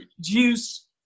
juice